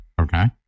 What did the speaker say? okay